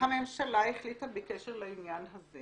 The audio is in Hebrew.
הממשלה החליטה בקשר לעניין הזה